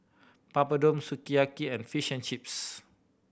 Papadum Sukiyaki and Fish and Chips